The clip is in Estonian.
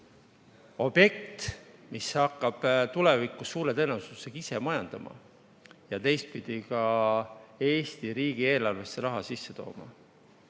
objekt, mis hakkab tulevikus suure tõenäosusega end ise majandama ja ka Eesti riigieelarvesse raha sisse tooma.